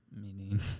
Meaning